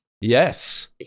Yes